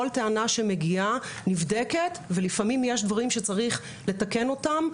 כל טענה שמגיעה נבדקת ולפעמים יש דברים שצריך לתקן אותם.